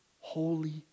Holy